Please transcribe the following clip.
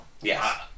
Yes